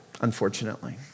unfortunately